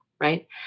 right